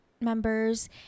members